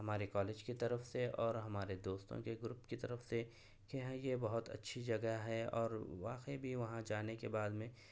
ہمارے کالج کے طرف سے اور ہمارے دوستوں کے گروپ کی طرف سے کہ ہاں یہ بہت اچھی جگہ ہے اور واقعی میں وہاں جانے کے بعد میں